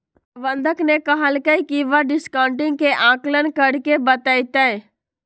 प्रबंधक ने कहल कई की वह डिस्काउंटिंग के आंकलन करके बतय तय